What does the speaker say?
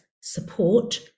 support